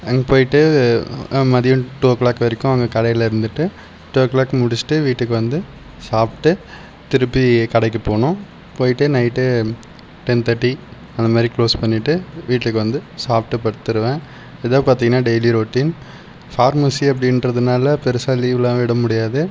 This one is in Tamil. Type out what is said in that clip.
அங்கே போய்விட்டு மதியம் டூ ஓ க்ளாக் வரைக்கும் அங்கே கடையில் இருந்துவிட்டு டூ ஓ க்ளாக் முடிச்சுட்டு வீட்டுக்கு வந்து சாப்பிட்டு திருப்பி கடைக்கு போகணும் போய்விட்டு நைட்டு டென் தேர்ட்டி அந்த மாதிரி குளோஸ் பண்ணிட்டு வீட்டுக்கு வந்து சாப்பிட்டு படுத்துடுவேன் இதுதான் பார்த்தீங்கனா டெய்லி ரொட்டின் பார்மஸி அப்படின்றதுனால் பெருசாக லீவெல்லாம் விட முடியாது